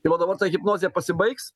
tai va dabar ta hipnozė pasibaigs